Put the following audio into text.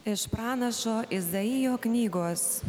iš pranašo izaijo knygos